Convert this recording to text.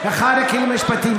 שהיא אחד הכלים המשפטים.